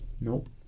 nope